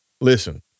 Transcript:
listen